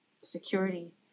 security